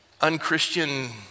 unchristian